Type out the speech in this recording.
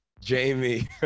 Jamie